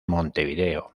montevideo